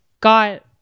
got